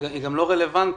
היא גם לא רלוונטית.